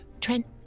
Trent